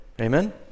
Amen